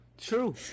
true